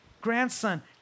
grandson